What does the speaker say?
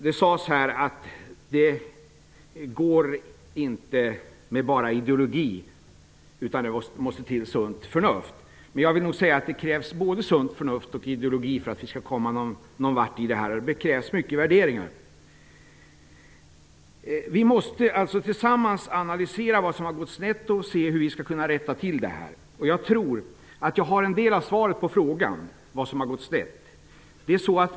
Det sades här att detta inte går att klara av med enbart ideologi, utan det måste också till sunt förnuft. Jag vill nog säga att det krävs både sunt förnuft och ideologi för att vi skall komma någon vart, och det krävs värderingar. Vi måste tillsammans analysera vad det är som har gått snett och se hur vi skall kunna rätta till det. Jag tror att jag har en del av svaret på frågan om vad som har gått snett.